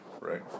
right